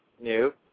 new